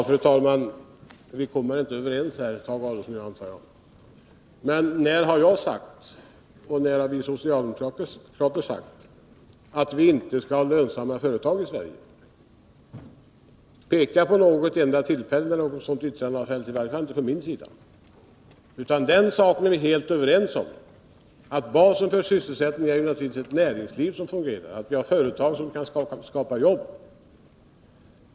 Fru talman! Jag antar att Tage Adolfsson och jag inte kommer överens. Men när har jag eller vi socialdemokrater sagt att vi inte skall ha lönsamma företag i Sverige? Peka på något enda tillfälle, när ett sådant yttrande har fällts. Det har i varje fall inte fällts av mig. Vi torde vara helt överens om att basen för sysselsättningen naturligtvis är ett näringsliv som fungerar och att vi har företag som kan skapa jobb.